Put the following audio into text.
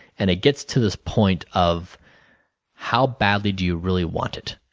and it gets to this point of how badly do you really want it.